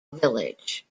village